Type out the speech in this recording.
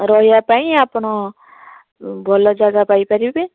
ରହିବାପାଇଁ ଆପଣ ଉଁ ଭଲ ଜାଗା ପାଇପାରିବେ